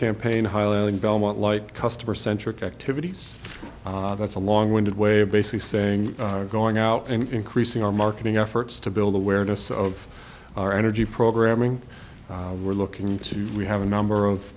campaign highland belmont like customer centric activities that's a long winded way of basically saying we're going out and increasing our marketing efforts to build awareness of our energy programming we're looking to we have a number of